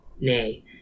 Nay